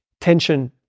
tension